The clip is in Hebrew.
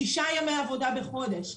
שישה ימי עבודה בחודש,